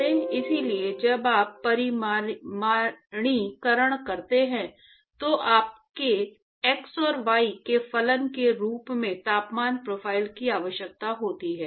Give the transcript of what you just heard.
इसलिए जब आप परिमाणीकरण कहते हैं तो आपको x y के फलन के रूप में तापमान प्रोफाइल की आवश्यकता होती है